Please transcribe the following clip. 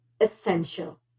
essential